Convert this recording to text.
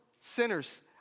sinner's